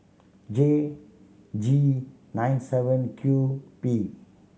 J G nine seven Q P